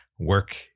work